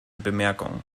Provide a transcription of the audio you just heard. bemerkung